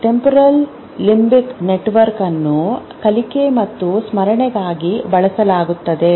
temporal limbic ನೆಟ್ವರ್ಕ್temporallimbic network ಅನ್ನು ಕಲಿಕೆ ಮತ್ತು ಸ್ಮರಣೆಗಾಗಿ ಬಳಸಲಾಗುತ್ತದೆ